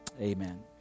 amen